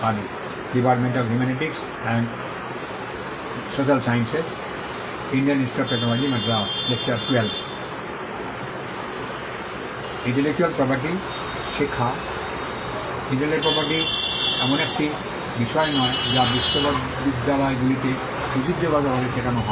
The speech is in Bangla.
ইন্টেলেকচুয়াল প্রপার্টি এমন একটি বিষয় নয় যা বিশ্ববিদ্যালয়গুলিতে ঐতিহ্যগতভাবে শেখানো হয়